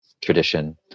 tradition